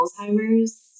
Alzheimer's